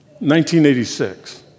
1986